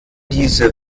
diese